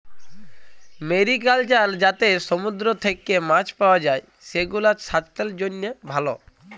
mariculture যাতে সমুদ্র থেক্যে মাছ পাওয়া যায়, সেগুলাসাস্থের জন্হে ভালো